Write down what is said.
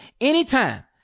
anytime